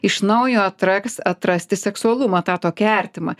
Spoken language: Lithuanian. iš naujo atraks atrasti seksualumą tą tokį artimą